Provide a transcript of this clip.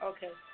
Okay